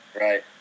Right